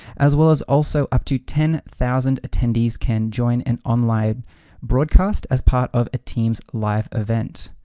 as well as also up to ten thousand attendees can join an online broadcast as part of a teams live event.